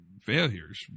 failures